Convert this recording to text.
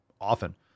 often